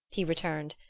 he returned,